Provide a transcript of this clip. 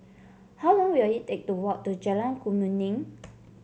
how long will it take to walk to Jalan Kemuning